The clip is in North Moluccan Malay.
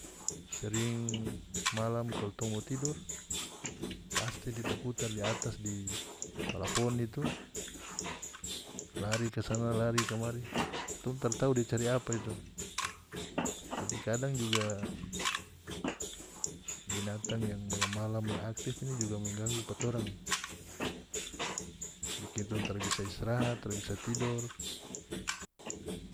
Sering malam kalu tong mo tidor pasti dia taputar di atas di palafaon itu lari kasana lari kamari tong taratau dia cari apa itu jadi kadang juga binatang yang malam-malam yang aktif ini juga mengganggu pa torang bikin torang tara bisa istirahat tara bisa tidor.